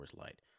Light